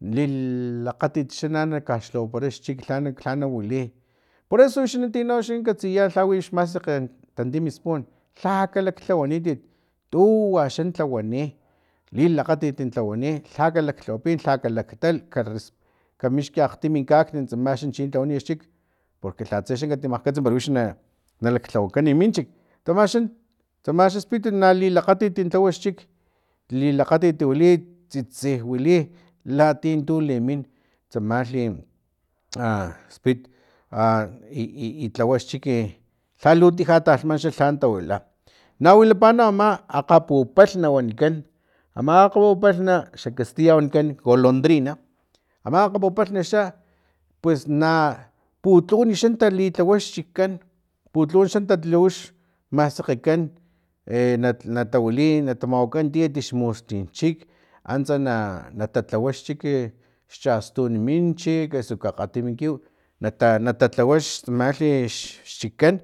Lilakgatit na nakaxlhawapara xchik lha lhana wili poreso wixinan tino katsiya lha wix masekg tantim spun lha kalaklhawanitit tuwa xan tlawani lilakgatit tlawani lha ka laklhawapitit lha kalaktal ka res kamixki akgtim kakni tsama chin lhawani xchik porque lha tse katimakgkats pero wix nalaklhawakan minchik tsama xa tsamaxan spit na lilakgatit lhawa xchik lilakgatit wili tsisti wili latia tun limin tsamalhi a spit a i tlawa xchik lhalu tija talhman lhan tawila na wilapa no ama akgapupalhm wanikan ama akgapupalhm xa castilla wanikan golondrian ama akgapupalm xa pues na putlun xa talilhawa xchikan putlun xa talhilhawa xmasekgekan e na tawili natamawaka tiet xmustin chik antsana na tatlawa xchiki xchastun minchik osu akgatimi kiw nata natatlawax stamalhi xchikan